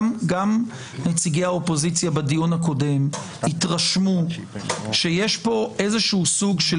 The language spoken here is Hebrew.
גם נציגי האופוזיציה בדיון הקודם התרשמו שיש פה איזשהו סוג של